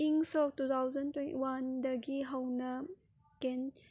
ꯏꯪ ꯁꯣꯛ two thousand ꯋꯥꯟꯗꯒꯤ ꯍꯧꯅ ꯀꯦꯟ